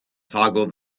toggle